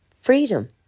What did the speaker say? freedom